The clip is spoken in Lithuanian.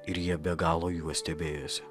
ir jie be galo juo stebėjosi